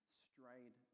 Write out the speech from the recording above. strayed